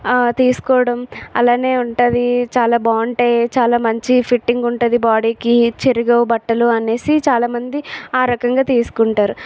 తీసుకోవడం అలానే ఉంటుంది చాలా బాగుంటాయి చాలా మంచి ఫిట్టింగ్ ఉంటుంది బాడీకి చిరగవు బట్టలు అని చాలామంది ఆ రకంగా తీసుకుంటారు